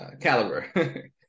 caliber